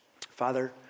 Father